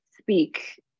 speak